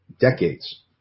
decades